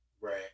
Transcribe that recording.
Right